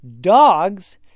dogs